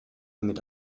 mit